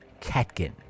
Katkin